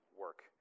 work